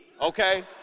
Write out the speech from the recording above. okay